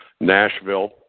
Nashville